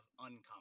uncommon